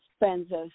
expensive